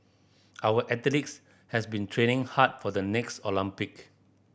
our athletes has been training hard for the next Olympic